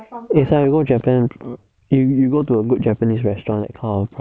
next time you go japan you go to a good japanese restaurant